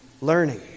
learning